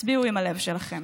הצביעו עם הלב שלכם.